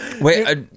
Wait